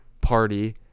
party